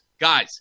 guys